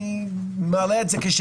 אני מעלה את זה כשאלה.